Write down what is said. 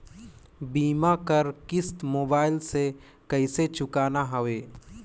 बीमा कर किस्त मोबाइल से कइसे चुकाना हवे